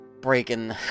breaking